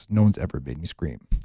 no one's ever made me scream